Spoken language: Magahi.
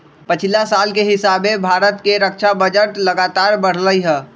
पछिला साल के हिसाबे भारत के रक्षा बजट लगातार बढ़लइ ह